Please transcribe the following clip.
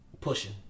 pushing